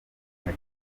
andi